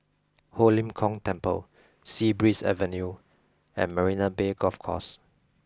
Ho Lim Kong Temple Sea Breeze Avenue and Marina Bay Golf Course